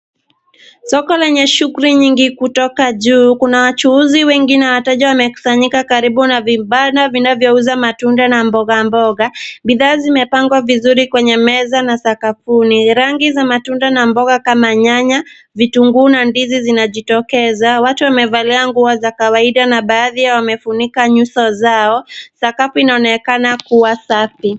Soko lenye shughuli nyingi; kutoka juu kuna wachuuzi wengi na wateja wamekusanyika karibu na vibanda vinavyouza matunda na mbogamboga. Bidhaa zimepangwa vizuri kwenye meza na sakafuni. Rangi za matunda na mboga kama nyanya, vitunguu na ndizi tunazikoeza. Watu wamevalia nguo za kawaida na baadhi yao wamefunika nyuso zao. Sakafu inaonekana kuwa safi.